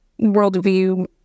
worldview